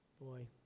Boy